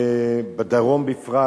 בדרום בפרט.